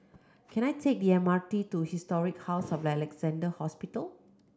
can I take the M R T to Historic House of Alexandra Hospital